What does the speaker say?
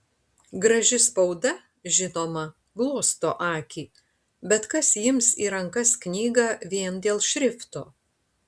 graži spauda žinoma glosto akį bet kas ims į rankas knygą vien dėl šrifto